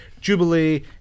Jubilee